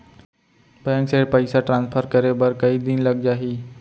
Bank से पइसा transfer करे बर कई दिन लग जाही?